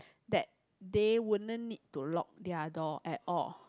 that they wouldn't need to lock their door at all